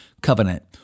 covenant